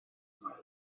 paese